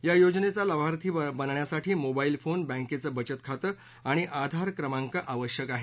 या योजनेचा लाभार्थी बनण्यासाठी मोबाईल फोन बँकेचे बचत खातं आणि आधार क्रमांक आवश्यक आहे